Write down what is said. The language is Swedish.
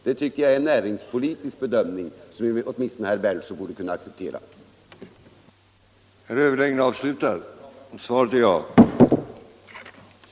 Detta tycker jag mellan civiloch är en näringspolitisk bedömning som herr Berndtson borde kunna ac = militärområdes